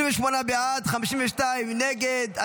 28 בעד, 52 נגד.